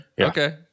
Okay